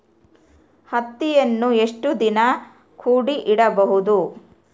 ಹತ್ತಿಯನ್ನು ಎಷ್ಟು ದಿನ ಕೂಡಿ ಇಡಬಹುದು?